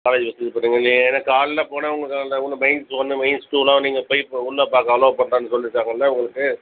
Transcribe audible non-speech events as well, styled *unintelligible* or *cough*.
college பஸ்ஸுன்னு *unintelligible* ஏன்னா காலையில போனால் உங்களுக்கு காலையில ஒன்று மெயின்ஸ் ஒன்று மெயின்ஸ் டூலாம் நீங்கள் போய்விட்டு ஒன்னாக பார்க்க அலோவ் பண்ணுறாங்கன்னு சொல்லிவிட்டாங்கள்ல உங்களுக்கு